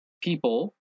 people